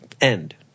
End